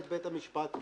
בית משפט.